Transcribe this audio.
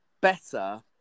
better